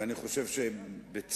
ואני חושב שבצדק,